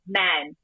men